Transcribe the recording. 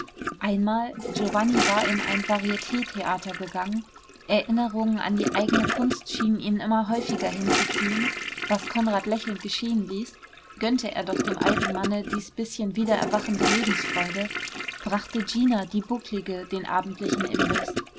einmal giovanni war in ein variettheater gegangen erinnerungen an die eigene kunst schienen ihn immer häufiger hinzuziehen was konrad lächelnd geschehen ließ gönnte er doch dem alten manne dies bißchen wiedererwachende lebensfreude brachte gina die bucklige den abendlichen imbiß